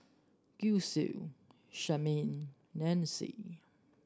Gisele Charmaine Nancy